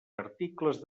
articles